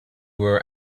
were